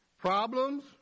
problems